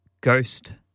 ghost